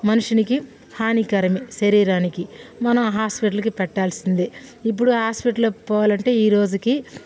మనిషినికి హానికరమే శరీరానికి మనం హాస్పిటల్కి పెట్టాల్సిందే ఇప్పుడు హాస్పిటల్లో పోవాలంటే ఈ రోజుకి